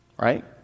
Right